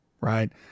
right